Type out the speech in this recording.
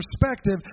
perspective